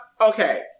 Okay